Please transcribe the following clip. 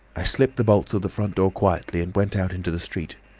i slipped the bolts of the front door quietly and went out into the street.